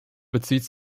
bezieht